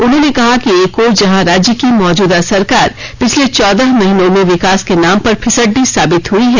उन्होंने कहा कि एक ओर जहाँ राज्य की मौजूदा सरकार पिछले चौदह महीनों मे विकास के नाम पर फिसड्डी साबित हई है